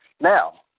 Now